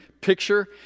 picture